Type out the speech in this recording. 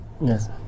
Yes